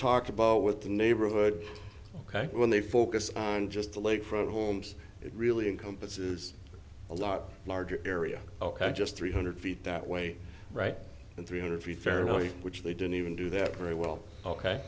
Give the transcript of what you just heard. talked about with the neighborhood ok when they focus on just a lake front homes it really encompasses a lot larger area ok just three hundred feet that way right and three hundred feet fairly which they don't even do that very well ok